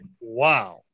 Wow